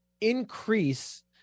increase